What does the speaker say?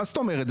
מה זאת אומרת,